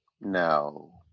No